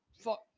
Fuck